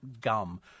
gum